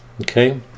Okay